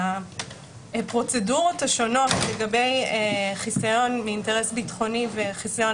הפרוצדורות השונות לגבי חיסיון מאינטרס ביטחוני וחיסיון